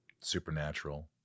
Supernatural